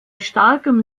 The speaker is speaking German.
starkem